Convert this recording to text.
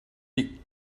die